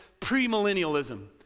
premillennialism